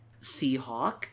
Seahawk